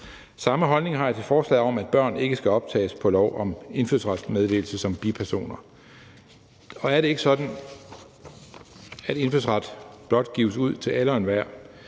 Samme holdning har jeg til forslaget om, at børn ikke skal optages på lov om indfødsrets meddelelse som bipersoner. Det er ikke sådan, at indfødsret blot gives ud til alle og enhver.